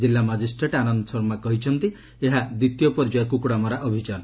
ଜିଲ୍ଲା ମାଜିଷ୍ଟ୍ରେଟ୍ ଆନନ୍ଦ ଶର୍ମା କରିଛନ୍ତି ଏହା ଦ୍ୱିତୀୟ ପର୍ଯ୍ୟାୟ କୁକୁଡ଼ା ମରା ଅଭିଯାନ